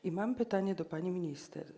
I mam pytanie do pani minister.